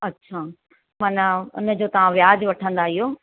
अच्छा माना हुनजो तव्हांजो व्याज वठंदा इहो